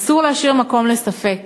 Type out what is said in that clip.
אסור להשאיר מקום לספק: